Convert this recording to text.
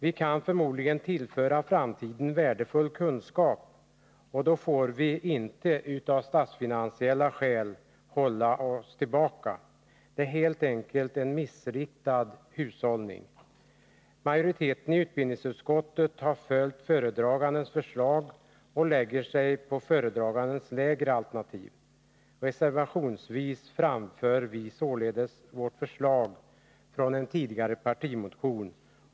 Vi kan förmodligen i framtiden tillföra olika områden värdefull kunskap, och då får inte statsfinansiella skäl hålla oss tillbaka. Det vore helt enkelt missriktad hushållning. Majoriteten i utbildningsutskottet har följt föredragandens förslag och anslutit sig till föredragandens lägre alternativ. Vi framför således reservationsvis vårt förslag från en tidigare partimotion.